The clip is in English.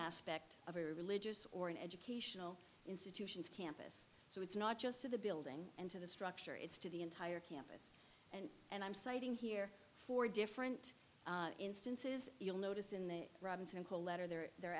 aspect of a religious or an educational institutions campus so it's not just to the building and to the structure it's to the entire campus and and i'm citing here four different instances you'll notice in the robinson call letter there